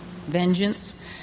vengeance